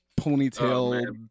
ponytail